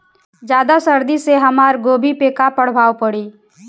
ज्यादा सर्दी से हमार गोभी पे का प्रभाव पड़ी?